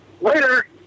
Later